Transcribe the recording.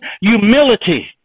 Humility